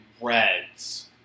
reds